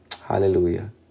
Hallelujah